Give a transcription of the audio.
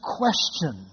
question